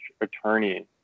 attorney